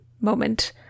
moment